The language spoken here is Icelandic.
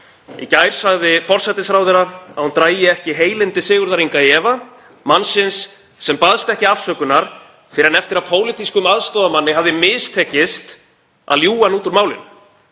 Í gær sagði forsætisráðherra að hún dragi ekki heilindi Sigurðar Inga í efa, mannsins sem baðst ekki afsökunar fyrr en eftir að pólitískum aðstoðarmanni hafði mistekist að ljúga hann út úr málinu.